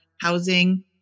housing